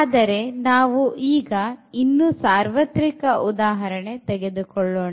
ಆದರೆ ನಾವು ಈಗ ಇನ್ನು ಸಾರ್ವತ್ರಿಕ ಉದಾಹರಣೆ ತೆಗೆದುಕೊಳ್ಳೋಣ